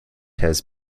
has